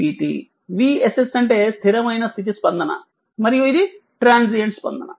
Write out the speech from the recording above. VSS అంటే స్థిరమైన స్థితి స్పందన మరియు ఇది ట్రాన్సియంట్ స్పందన